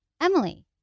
Emily